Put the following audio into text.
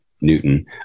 Newton